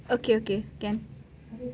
okay okay can